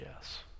yes